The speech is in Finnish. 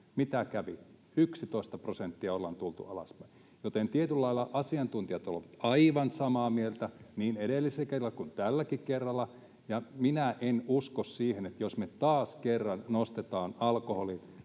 Mitä kävi? 11 prosenttia ollaan tultu alaspäin. Joten tietyllä lailla asiantuntijat ovat aivan samaa mieltä niin edellisellä kerralla kuin tälläkin kerralla, ja minä en usko siihen, että jos me taas kerran nostetaan alkoholin